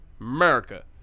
America